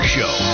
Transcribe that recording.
Show